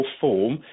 form